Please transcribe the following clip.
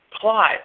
plot